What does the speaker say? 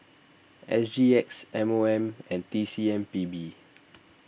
S G X M O M and T C M P B